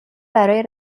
برای